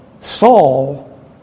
Saul